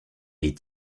est